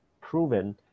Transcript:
proven